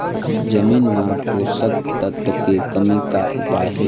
जमीन म पोषकतत्व के कमी का उपाय हे?